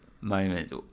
moments